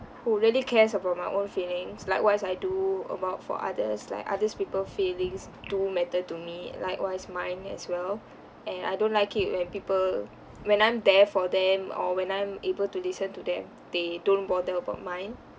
who really cares about my own feelings likewise I do about for others like others people feelings do matter to me likewise mine as well and I don't like it when people when I'm there for them or when I'm able to listen to them they don't bother about mine